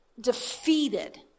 defeated